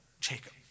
Jacob